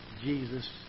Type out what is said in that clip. Jesus